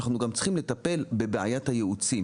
אנחנו צריכים לטפל בבעיית הייעוץ,